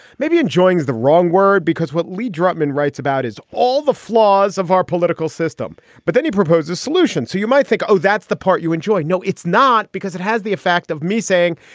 maybe enjoins the wrong word because what lee drutman writes about his all the flaws of our political system. but then he proposes solutions. so you might think, oh, that's the part you enjoy. no, it's not, because it has the effect of me saying,